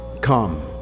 come